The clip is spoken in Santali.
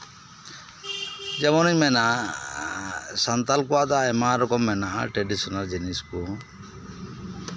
ᱡᱮᱢᱚᱱᱤᱧ ᱢᱮᱱᱟ ᱥᱟᱱᱛᱟᱞ ᱠᱚᱣᱟᱜ ᱫᱚ ᱟᱭᱢᱟ ᱨᱚᱠᱚᱢ ᱢᱮᱱᱟᱜᱼᱟ ᱴᱨᱟᱰᱤᱥᱚᱱᱟᱞ ᱡᱤᱱᱤᱥ ᱠᱚ